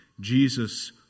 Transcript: Jesus